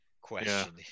question